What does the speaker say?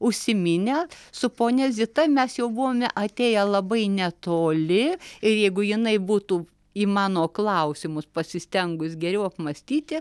užsiminę su ponia zita mes jau buvome atėję labai netoli ir jeigu jinai būtų į mano klausimus pasistengus geriau apmąstyti